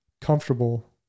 comfortable